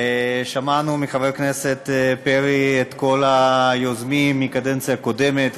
שמענו מחבר הכנסת פרי על כל היוזמים מהקדנציה הקודמת,